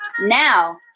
Now